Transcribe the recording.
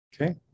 Okay